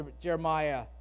Jeremiah